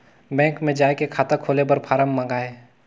Bank मे जाय के खाता खोले बर फारम मंगाय?